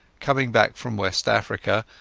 coming back from west africa,